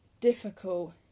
difficult